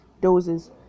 doses